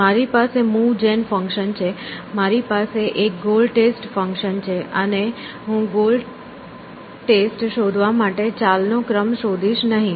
મારી પાસે move gen function છે મારી પાસે એક ગોલ ટેસ્ટ ફંક્શન છે અને હું ગોલ ટેસ્ટ શોધવા માટે ચાલ નો ક્રમ શોધીશ નહીં